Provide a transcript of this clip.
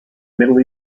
middle